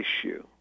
issue